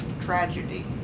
tragedy